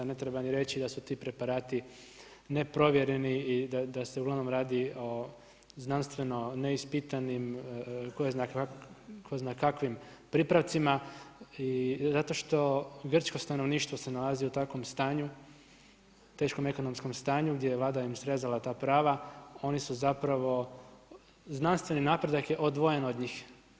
Ne treba ni reći da su ti preparati neprovjereni i da se uglavnom radi o znanstveno neispitanim tko zna kakvim pripravcima i zato što grčko stanovništvo se nalazi u takvom stanju, teškom ekonomskom stanju gdje je vlada im srezala ta prava, oni su zapravo znanstveni napredak je odvojen od njih.